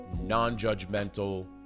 non-judgmental